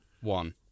one